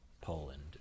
Poland